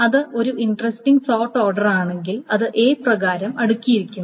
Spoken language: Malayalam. അത് ഒരു ഇന്ട്രെസ്റ്റിംഗ് സോർട്ട് ഓർഡർ ആണെങ്കിൽ അത് A പ്രകാരം അടുക്കിയിരിക്കുന്നു